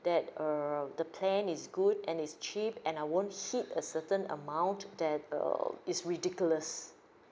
that err the plan is good and it's cheap and I won't hit a certain amount that err it's ridiculous